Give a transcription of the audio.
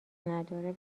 نداره